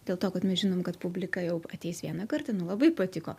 dėl to kad mes žinom kad publika jau ateis vieną kartą nu labai patiko